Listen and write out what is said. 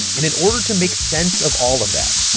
and in order to make sense of all of that,